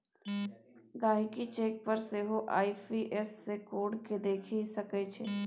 गहिंकी चेक पर सेहो आइ.एफ.एस.सी कोड केँ देखि सकै छै